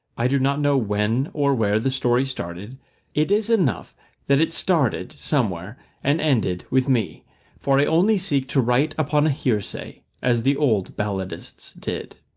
i do not know when or where the story started it is enough that it started somewhere and ended with me for i only seek to write upon a hearsay, as the old balladists did.